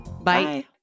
Bye